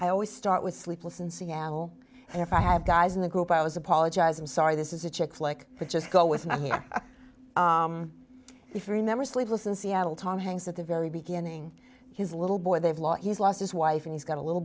i always start with sleepless in seattle and if i have guys in the group i was apologize i'm sorry this is a chick flick but just go with my here if you remember sleepless in seattle tom hanks at the very beginning his little boy they've lost he's lost his wife and he's got a little